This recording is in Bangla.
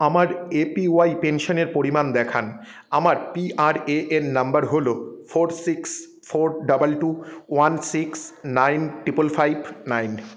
আমার এ পি ওয়াই পেনশানের পরিমাণ দেখান আমার P R A N number হলো four six four double two one six nine triple five nine